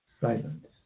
silence